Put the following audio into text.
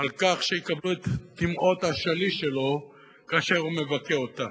על כך שיקבלו את דמעות השליש שלו כאשר הוא מבקר אותה.